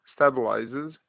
stabilizes